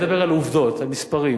אני מדבר על עובדות, על מספרים.